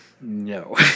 no